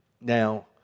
Now